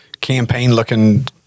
campaign-looking